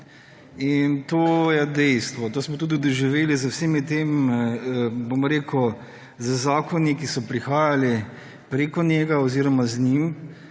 in to je dejstvo, to smo tudi doživeli z vsemi temi zakoni, ki so prihajali preko njega oziroma z njim